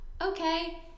okay